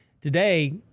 Today